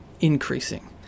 increasing